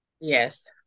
Yes